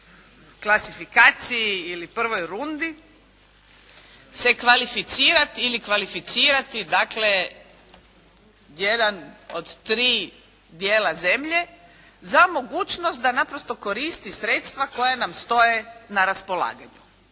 klasifikaciji ili prvoj rundi se kvalificirati i kvalificirati dakle jedan od tri dijela zemlje za mogućnost da naprosto koristi sredstva koja nam stoje na raspolaganju.